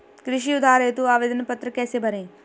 कृषि उधार हेतु आवेदन पत्र कैसे भरें?